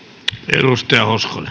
arvoisa